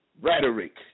Rhetoric